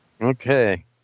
Okay